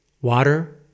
water